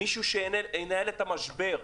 מישהו שינהל את המשבר.